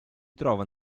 trova